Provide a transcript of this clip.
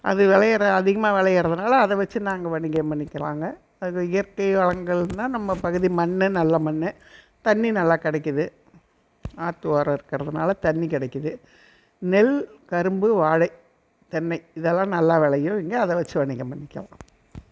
அது விளையிற அதிகமாக விளையிறதுனால அதைவச்சி நாங்கள் வணிகம் பண்ணிக்கலாங்க அது இயற்கை வளங்கள்னால் நம்ம பகுதி மண் நல்ல மண் தண்ணி நல்லா கிடைக்கிது ஆற்று ஓரம் இருக்கிறதுனால தண்ணி கிடைக்கிது நெல் கரும்பு வாழை தென்னை இதெல்லாம் நல்லா விளையும் இங்கே அதைவச்சி வணிகம் பண்ணிக்கலாம்